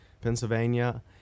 Pennsylvania